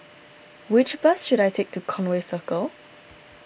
which bus should I take to Conway Circle